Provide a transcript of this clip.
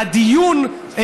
הדיון,